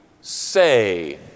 say